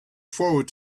forward